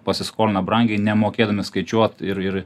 pasiskolina brangiai nemokėdami skaičiuot ir ir ir